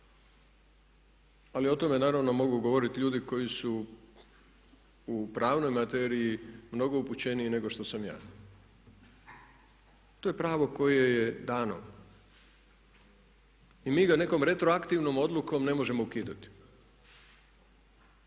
Ali o tome naravno mogu govoriti ljudi koji su u pravnoj materiji mnogo upućeniji nego što sam ja. To je pravo koje je dano i mi ga nekom retroaktivnom odlukom ne možemo ukidati